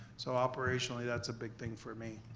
so operationally, that's a big thing for me.